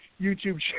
YouTube